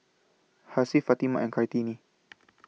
Hasif Fatimah and Kartini